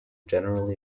generally